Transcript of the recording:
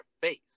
face